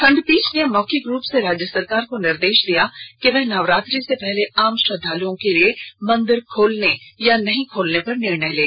खंडपीठ ने मौखिक रूप से राज्य सरकार को निर्देश दिया कि वह नवरात्रि से पहले आम श्रद्वालुओं के लिए मंदिर खोलने या नहीं खोलने पर निर्णय करे